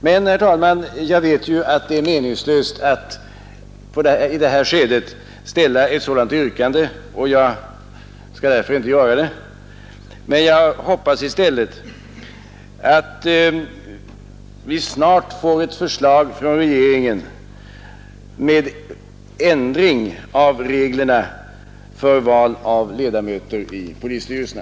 Men, herr talman, jag vet att det är meningslöst att i detta skede ställa ett sådant yrkande, och jag skall därför inte göra det. Jag hoppas i stället att vi snart får ett förslag från regeringen med ändring av reglerna för val av ledamöter i polisstyrelserna.